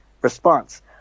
response